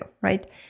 right